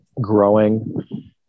growing